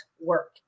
work